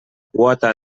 quota